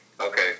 Okay